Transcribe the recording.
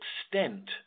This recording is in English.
extent